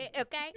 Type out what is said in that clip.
Okay